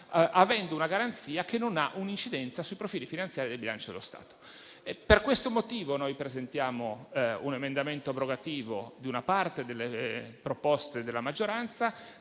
avendo la garanzia che non ha una incidenza sui profili finanziari del bilancio dello Stato. Per questo motivo noi presentiamo un emendamento abrogativo di una parte delle proposte della maggioranza.